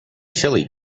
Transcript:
chili